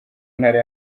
ntara